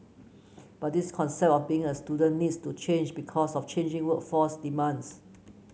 but this concept of being a student needs to change because of changing workforce demands